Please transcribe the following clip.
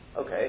okay